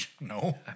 No